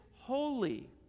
holy